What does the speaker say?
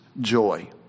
joy